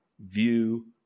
view